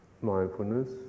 mindfulness